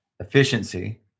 Efficiency